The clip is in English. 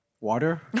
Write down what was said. Water